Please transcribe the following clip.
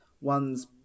one's